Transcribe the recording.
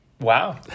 Wow